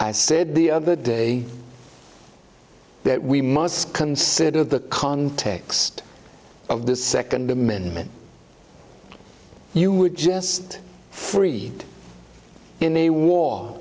i said the other day that we must consider the context of the second amendment you were just freed in a war